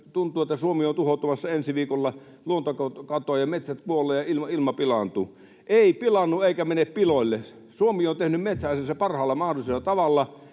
tuntuu, että Suomi on tuhoutumassa ensi viikolla luontokatoon ja metsät kuolevat ja ilma pilaantuu. Ei pilaannu eikä mene piloille. Suomi on tehnyt metsäasiansa parhaalla mahdollisella tavalla.